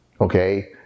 Okay